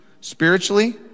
spiritually